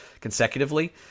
consecutively